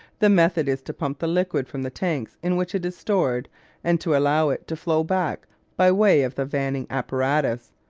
the method is to pump the liquid from the tanks in which it is stored and to allow it to flow back by way of the vanning apparatus,